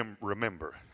remember